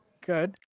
Good